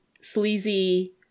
sleazy